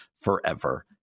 forever